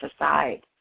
aside